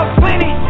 plenty